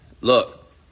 Look